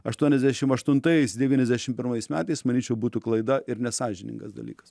aštuoniasdešim aštuntais devyniasdešim pirmais metais manyčiau būtų klaida ir nesąžiningas dalykas